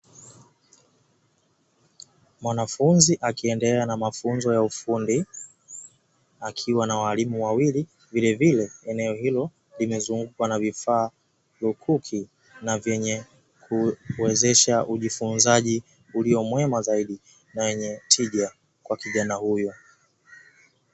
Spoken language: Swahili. Mwanafunzi akiendelea na mafunzo ya ufundi akiwa na walimu wawili, vilevile eneo hilo limezungukwa na vifaa lukuki na venye kuwezesha ujifunzaji ulio mwema zaidi na wenye tija kwa kijana huyo.